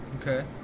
Okay